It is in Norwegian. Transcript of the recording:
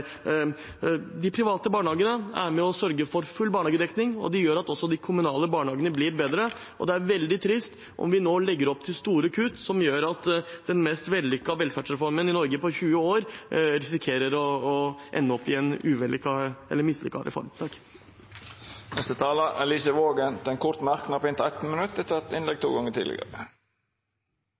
De private barnehagene er med på å sørge for full barnehagedekning. De bidrar også til at de kommunale barnehagene blir bedre. Det ville være veldig trist om man nå legger opp til store kutt som gjør at den mest vellykkede velferdsreformen i Norge på 20 år risikerer å ende opp som en mislykket reform. Representanten Lise Waagen har hatt ordet to gonger tidlegare i debatten og får ordet til ein kort merknad, avgrensa til 1 minutt.